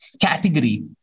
category